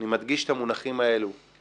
אני מדגיש את המונחים האלו בכוונה,